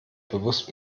bewusst